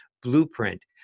blueprint